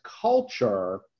culture